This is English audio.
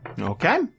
Okay